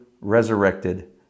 resurrected